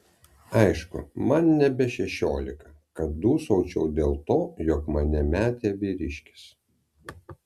aišku man nebe šešiolika kad dūsaučiau dėl to jog mane metė vyriškis